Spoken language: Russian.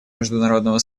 международного